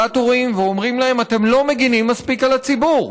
לרגולטורים ואומרים להם: אתם לא מגינים מספיק על הציבור.